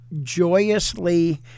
joyously